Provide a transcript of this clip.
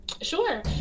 Sure